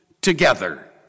together